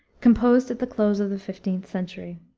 composed at the close of the fifteenth century.